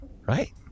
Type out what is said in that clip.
right